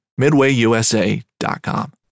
MidwayUSA.com